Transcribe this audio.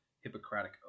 Hippocratic